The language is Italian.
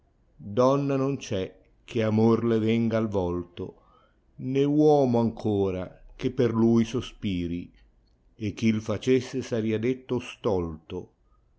donna non c è che amor le venga al vòltos ne uomo ancora che per lui sospiri e chi facesse saria detto stolto